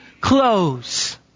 close